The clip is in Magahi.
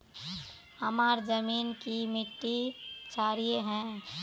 हमार जमीन की मिट्टी क्षारीय है?